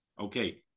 okay